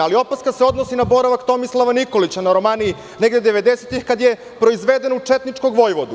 Ali, opaska se odnosi na boravak Tomislava Nikolića na Romaniji negde 90-ih godina, kada je proizveden u četničkog vojvodu.